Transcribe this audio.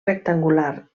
rectangular